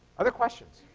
other questions.